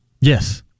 Yes